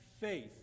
faith